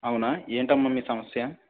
అవునా ఏంటమ్మా మీ సమస్య